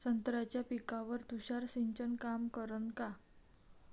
संत्र्याच्या पिकावर तुषार सिंचन काम करन का?